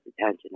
attention